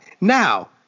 Now